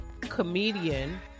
comedian